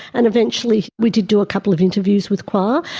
and eventually we did do a couple of interviews with khoa.